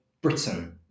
Britain